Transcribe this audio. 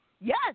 Yes